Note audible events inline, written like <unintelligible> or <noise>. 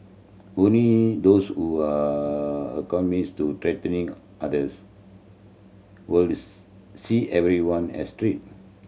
only those who are <unintelligible> to threatening others will <unintelligible> see everyone as treat